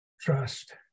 Trust